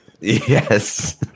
Yes